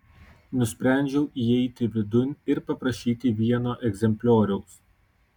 nusprendžiau įeiti vidun ir paprašyti vieno egzemplioriaus